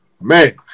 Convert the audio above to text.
man